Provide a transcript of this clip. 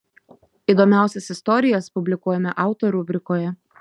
įdomiausias istorijas publikuojame auto rubrikoje